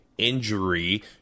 injury